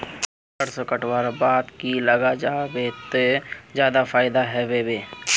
सरसों कटवार बाद की लगा जाहा बे ते ज्यादा फायदा होबे बे?